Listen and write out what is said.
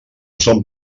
són